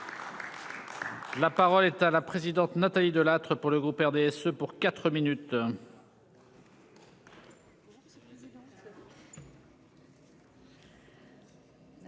La parole est à la présidente Nathalie Delattre pour le groupe RDSE pour 4 minutes.